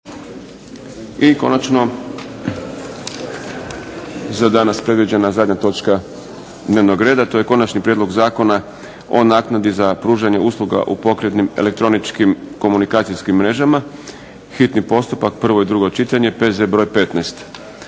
I konačno za danas predviđena zadnja točka dnevnog reda, to je 8. Prijedlog zakona o naknadi za pružanje usluga u pokretnim elektroničkim komunikacijskim mrežama, s konačnim prijedlogom zakona,